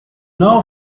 now